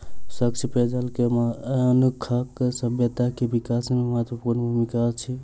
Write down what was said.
स्वच्छ पेयजल के मनुखक सभ्यता के विकास में महत्वपूर्ण भूमिका अछि